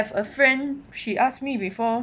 have a friend she asked me before